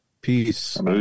Peace